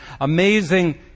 amazing